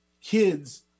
Kids